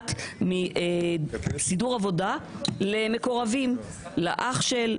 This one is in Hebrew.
נובעת מסידור עבודה למקורבים לאח של,